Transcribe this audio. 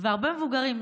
והרבה מבוגרים.